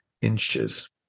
inches